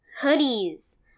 hoodies